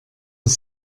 das